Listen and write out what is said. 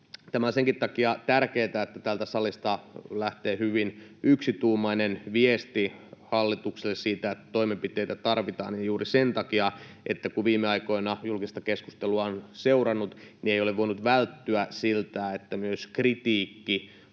puhemies! On tärkeää, että täältä salista lähtee hyvin yksituumainen viesti hallitukselle siitä, että toimenpiteitä tarvitaan, ja se on tärkeää juuri sen takia, että kun viime aikoina julkista keskustelua on seurannut, ei ole voinut välttyä siltä, että myös kritiikki